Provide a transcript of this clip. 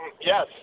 Yes